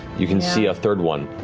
you can see a third one.